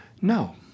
No